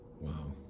wow